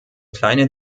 kleine